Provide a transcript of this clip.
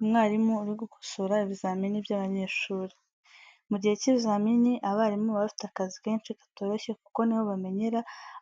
Umwarimu uri gukosora ibizamini by'abanyeshuri. Mu gihe cy'ibizamini abarimu baba bafite akazi kenshi katoroshye kuko ni ho bamenyera